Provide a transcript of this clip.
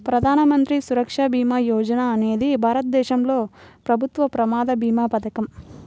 ప్రధాన మంత్రి సురక్ష భీమా యోజన అనేది భారతదేశంలో ప్రభుత్వ ప్రమాద భీమా పథకం